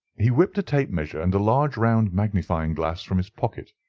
he whipped a tape measure and a large round magnifying glass from his pocket.